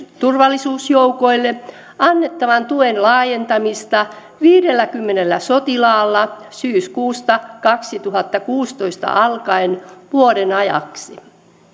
turvallisuusjoukoille annettavan tuen laajentamista viidelläkymmenellä sotilaalla syyskuusta kaksituhattakuusitoista alkaen vuoden ajaksi